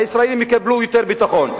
הישראלים יקבלו יותר ביטחון,